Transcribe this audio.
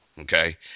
okay